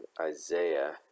Isaiah